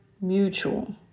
mutual